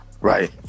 Right